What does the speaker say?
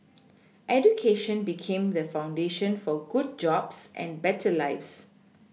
education became the foundation for good jobs and better lives